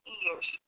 ears